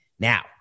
Now